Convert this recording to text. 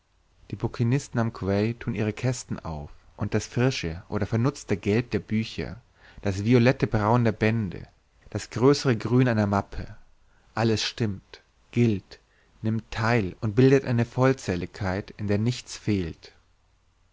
die bouquinisten am quai tun ihre kästen auf und das frische oder vernutzte gelb der bücher das violette braun der bände das größere grün einer mappe alles stimmt gilt nimmt teil und bildet eine vollzähligkeit in der nichts fehlt